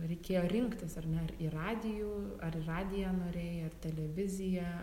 reikėjo rinktis ar ne ir radijų ar radiją norėjai ar televiziją